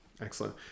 Excellent